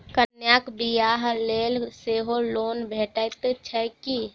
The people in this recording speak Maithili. कन्याक बियाह लेल सेहो लोन भेटैत छैक की?